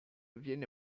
viene